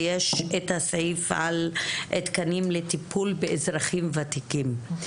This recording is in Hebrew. ויש את הסעיף על תקנים לטיפול באזרחים ותיקים.